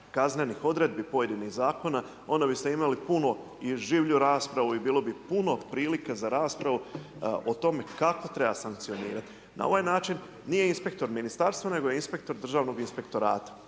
raspravu o tome kako treba sankcionirati bilo bi puno prilike za raspravu o tome kako treba sankcionirat, na ovaj način nije inspektor ministarstva, nego je inspektor državnog inspektorata,